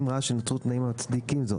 אם ראה שנוצרו תנאים המצדיקים זאת.